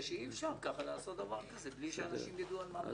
שאי-אפשר לעשות ככה בלי שאנשים ידעו על מה מדובר.